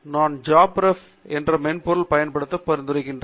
நான் ஜாப்ரெப் என்ற மென்பொருள் பயன்படுத்த பரிந்துரைக்கிறேன்